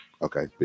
Okay